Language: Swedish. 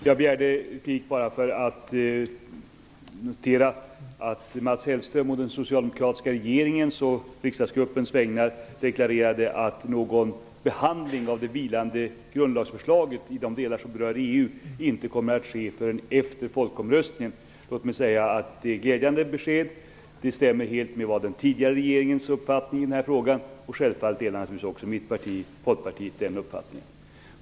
Herr talman! Jag begärde replik enbart för att få notera att Mats Hellström å den socialdemokratiska regeringens och riksdagsgruppens vägnar deklarerade att någon behandling av det vilande grundlagsförslaget i de delar som berör EU inte kommer att ske förrän efter folkomröstningen. Låt mig säga att det är ett glädjande besked. Det stämmer helt med den tidigare regeringens uppfattning i denna fråga. Självfallet har också mitt parti, Folkpartiet, denna uppfattning.